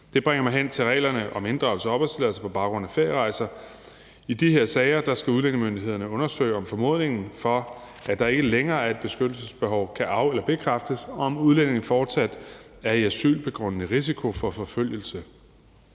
Det bringer mig hen til reglerne om inddragelse af opholdstilladelse på baggrund af ferierejser. I de sager skal udlændingemyndighederne undersøge, om formodningen for, at der ikke længere er et beskyttelsesbehov, kan af- eller bekræftes, og om udlændingen fortsat er i asylbegrundet risiko for forfølgelse.